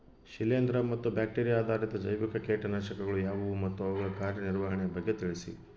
ಶಿಲೇಂದ್ರ ಮತ್ತು ಬ್ಯಾಕ್ಟಿರಿಯಾ ಆಧಾರಿತ ಜೈವಿಕ ಕೇಟನಾಶಕಗಳು ಯಾವುವು ಮತ್ತು ಅವುಗಳ ಕಾರ್ಯನಿರ್ವಹಣೆಯ ಬಗ್ಗೆ ತಿಳಿಸಿ?